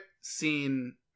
scene